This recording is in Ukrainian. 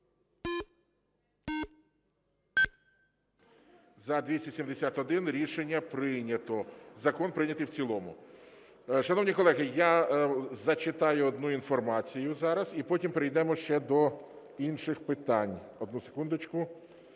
За-271 Рішення прийнято. Закон прийнятий в цілому. Шановні колеги, я зачитаю одну інформацію зараз і потім перейдемо ще до інших питань. Одну секундочку.